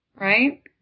Right